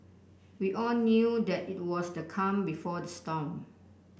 we all knew that it was the calm before the storm